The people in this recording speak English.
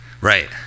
Right